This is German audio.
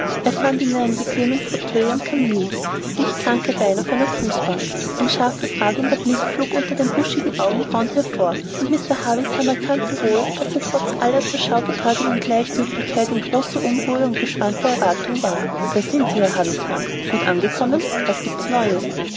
in einem bequemen fauteuil am kamin das gichtkranke bein auf einer fußbank ein scharfer fragender blick flog unter den buschigen augenbrauen hervor und mr havisham erkannte wohl daß er trotz aller zur schau getragenen gleichgültigkeit in großer unruhe und gespannter erwartung war da sind sie ja havisham gut angekommen was gibt's neues